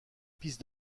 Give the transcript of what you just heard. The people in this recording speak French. piste